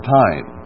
time